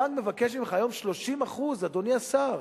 הבנק מבקש ממך היום 30%, אדוני השר.